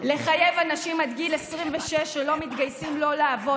לחייב אנשים עד גיל 26 שלא מתגייסים לא לעבוד.